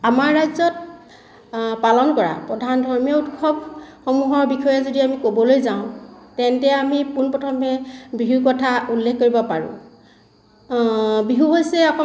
আমাৰ ৰাজ্যত পালন কৰা প্ৰধান ধৰ্মীয় উৎসৱসমূহৰ বিষয়ে যদি আমি ক'বলৈ যাওঁ তেন্তে আমি পোনপ্ৰথমে বিহুৰ কথা উল্লেখ কৰিব পাৰোঁ